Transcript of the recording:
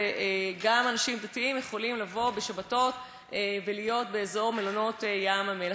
וגם אנשים דתיים יכולים לבוא בשבתות ולהיות באזור מלונות ים-המלח.